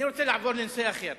אני רוצה לעבור לנושא אחר.